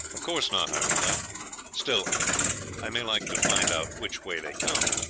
of course not i replied still i may like to find out which way they come.